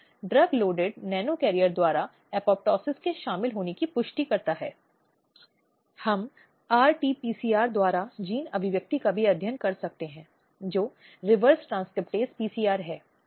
slide समय देखें 2423 यह सुनिश्चित करने के लिए कि महिलाओं के अधिकारों और कारण को कानून के तहत प्रभावी रूप से संरक्षित किया जा सके